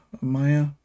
Maya